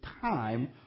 time